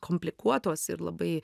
komplikuotos ir labai